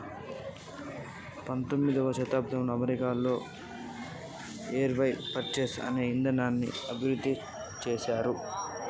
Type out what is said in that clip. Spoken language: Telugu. పంతొమ్మిదవ శతాబ్దంలో అమెరికాలో ఈ హైర్ పర్చేస్ అనే ఇదానాన్ని అభివృద్ధి చేసిండ్రు